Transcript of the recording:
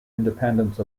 independence